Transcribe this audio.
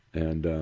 and